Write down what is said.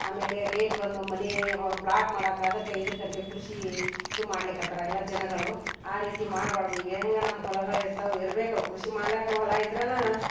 ಆಮೇಲೆ ರೇಟ್ ಬಂದು ಮನೆ ಹೊ ಪ್ಲಾಟ್ ಮಾಡೋಕೆ ಅದಕ್ಕೆ ಇದ್ಕೆ ಅಂತೆ ಕೃಷಿ ಇದು ಮಾಡ್ಲಿಕ್ಕತ್ತಾರ ಎಲ್ಲ ಜನಗಳು ಆ ರೀತಿ ಮಾಡಬಾರ್ದು ಈಗ ಹೆಂಗೆ ನಮ್ಮ ಹೊಲಗಳಿರ್ತವೆ ಇರ್ಬೇಕು ಅವು ಕೃಷಿ ಮಾಡ್ಲಿಕ್ಕೆ ಹೊಲ ಇದ್ರೇನೆ